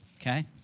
Okay